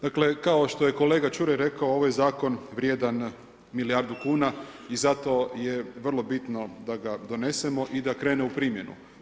Dakle kao što je kolega Čuraj rekao ovaj je zakon vrijedan milijardu kuna i zato je vrlo bitno da ga donesemo i da krene u primjenu.